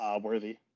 worthy